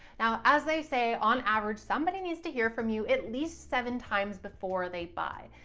now as they say, on average, somebody needs to hear from you at least seven times before they buy.